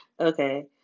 Okay